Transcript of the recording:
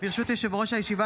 ברשות יושב-ראש הישיבה,